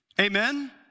Amen